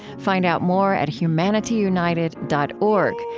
find out more at humanityunited dot org,